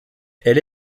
elle